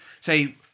Say